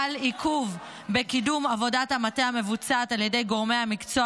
חל עיכוב בקידום עבודת המטה המבוצעת על ידי גורמי המקצוע